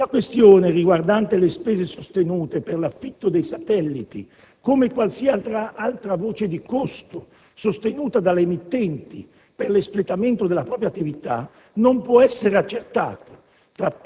La questione riguardante le spese sostenute per l'affitto dei satelliti, come qualsiasi altra voce di costo sostenuta dalle emittenti per l'espletamento della propria attività, non può essere accertata,